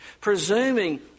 presuming